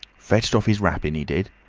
fetched off is wrapping, e did